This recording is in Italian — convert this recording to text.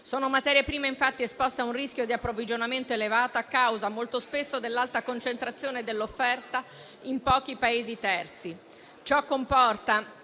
Sono materie prime infatti esposte a un rischio di approvvigionamento elevato, a causa molto spesso dell'alta concentrazione dell'offerta in pochi Paesi terzi.